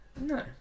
no